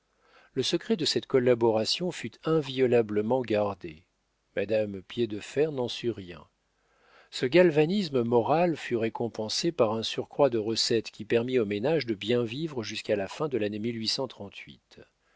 le secret de cette collaboration fut inviolablement gardé madame piédefer n'en sut rien ce galvanisme moral fut récompensé par un surcroît de recettes qui permit au ménage de bien vivre jusqu'à la fin de l'année